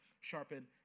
sharpen